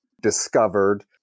discovered